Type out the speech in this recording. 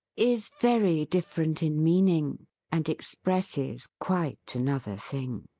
is very different in meaning, and expresses quite another thing.